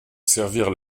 servir